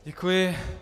Děkuji.